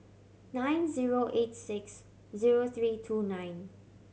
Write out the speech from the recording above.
nine zero eight six zero three two nine